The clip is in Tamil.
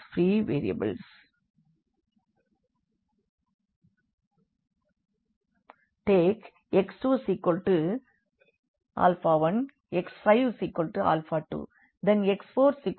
52 x1 x2 x3 x4 x5 9 0 4 0 0 1 2 1 0 0 0 2 9